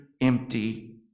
empty